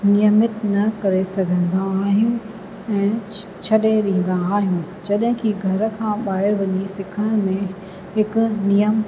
नियमित न करे सघंदा आहियूं ऐं छॾे ॾींदा आहियूं जॾहिं की घर खां ॿाहिरि वञी सिखण में हिकु नियम